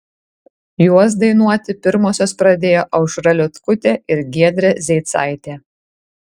juos dainuoti pirmosios pradėjo aušra liutkutė ir giedrė zeicaitė